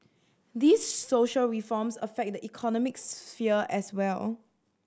these social reforms affect the economic sphere as well